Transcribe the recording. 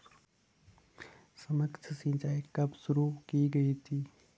सूक्ष्म सिंचाई कब शुरू की गई थी?